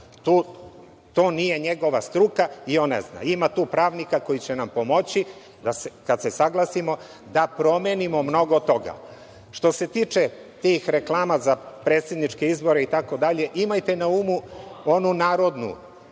To nije njegova struka i on ne zna. Ima tu pravnika koji će nam pomoći, kad se saglasimo, da promenimo mnogo toga. Što se tiče tih reklama za predsedničke izbore itd, imajte na umu onu narodnu